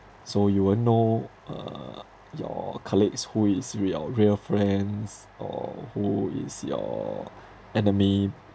so you won't know uh your colleagues who is rea~ real friends or who is your enemy